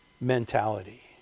mentality